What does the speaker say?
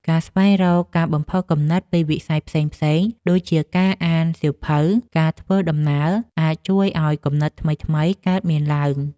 ការស្វែងរកការបំផុសគំនិតពីវិស័យផ្សេងៗ ដូចជាការអានសៀវភៅ ឬការធ្វើដំណើរ អាចជួយឱ្យគំនិតថ្មីៗកើតមានឡើងវិញ។